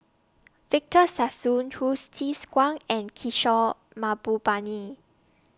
Victor Sassoon Hsu Tse Kwang and Kishore Mahbubani